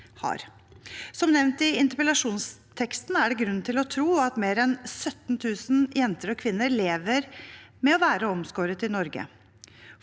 Som nevnt i interpellasjonsteksten, er det grunn til å tro at mer enn 17 000 jenter og kvinner lever med å være omskåret i Norge.